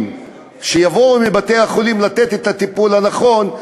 שיבואו מבתי-החולים לתת את הטיפול הנכון,